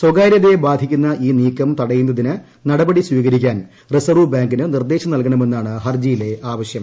സ്വകാര്യതയെ ബാധിക്കുന്ന ഈ നീക്കം തടയുന്നതിന് നടപടി സ്വീകരിക്കാൻ റിസർവ് ബാങ്കിന് നിർദേശം നൽകണമെന്നാണ് ഹർജിയിലെ ആവശ്യം